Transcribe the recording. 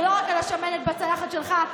ולא רק על השמנת בצלחת שלך,